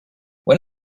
when